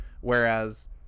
Whereas